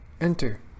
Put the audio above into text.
Enter